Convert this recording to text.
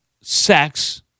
sex